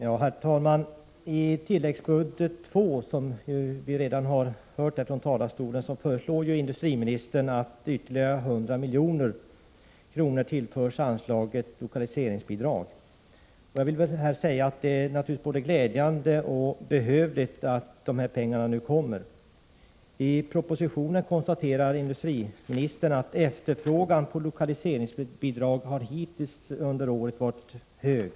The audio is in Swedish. Herr talman! I tilläggsbudget II föreslår industriministern, såsom vi redan har hört från talarstolen, att ytterligare 100 milj.kr. tillförs anslaget Lokaliseringsbidrag. Det är naturligtvis både glädjande och behövligt att de pengarna nu kommer. I propositionen konstaterar industriministern att efterfrågan på lokaliseringsbidrag hittills under året har varit stor.